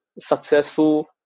successful